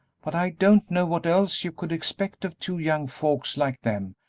but i don't know what else you could expect of two young folks like them,